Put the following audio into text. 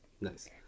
Nice